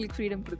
freedom